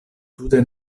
tute